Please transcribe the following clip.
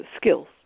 skills